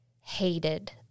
hated